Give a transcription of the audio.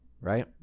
Right